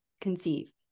conceive